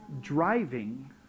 driving